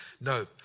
No